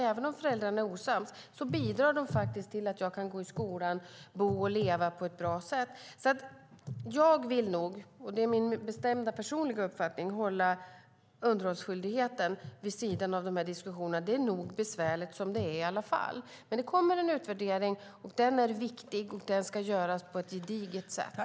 Även om föräldrarna är osams bidrar de till att barnet kan gå i skolan, bo och leva på ett bra sätt. Min bestämda personliga uppfattning är att jag vill hålla underhållsdiskussionen vid sidan av dessa diskussioner. Det är nog besvärligt som det är i varje fall. Det kommer en utvärdering. Den är viktig, och den ska göras på ett gediget sätt.